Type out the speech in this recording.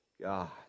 God